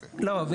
לא,